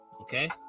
Okay